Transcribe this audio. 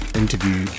interview